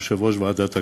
יושב-ראש ועדת העלייה,